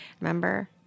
Remember